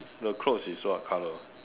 the clothes is what color